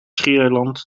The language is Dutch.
schiereiland